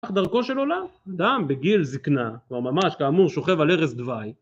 דרכו של עולם. אדם בגיל זקנה, כבר ממש כאמור שוכב על ערש דוי.